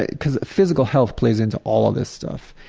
because physical health plays into all of this stuff,